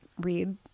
read